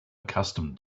accustomed